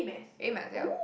A math ya